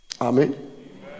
Amen